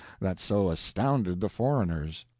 that so astounded the foreigners.